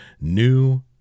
New